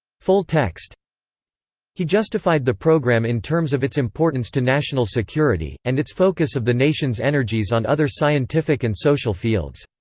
full text he justified the program in terms of its importance to national security, and its focus of the nation's energies on other scientific and social fields.